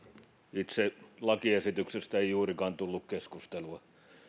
itse lakiesityksestä ei juurikaan tullut keskustelua